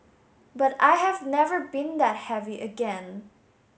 but I have never been that heavy again